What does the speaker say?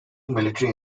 military